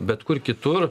bet kur kitur